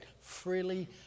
freely